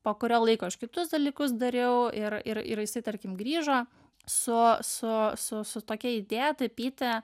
po kurio laiko aš kitus dalykus dariau ir ir ir jisai tarkim grįžo su su su su tokia idėja tapyti